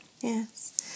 yes